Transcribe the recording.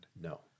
No